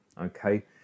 Okay